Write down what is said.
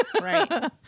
Right